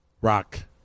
rock